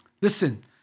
Listen